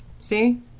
see